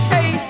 Hey